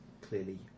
Clearly